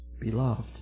Beloved